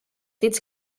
dits